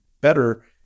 better